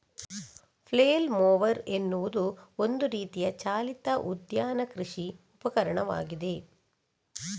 flail mower ಎನ್ನುವುದು ಒಂದು ರೀತಿಯ ಚಾಲಿತ ಉದ್ಯಾನ ಕೃಷಿ ಉಪಕರಣವಾಗಿದೆ